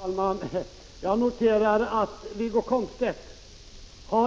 Herr talman! Jag noterar att Wiggo Komstedt